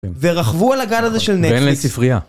ורכבו על הגל הזה של נטפליקס.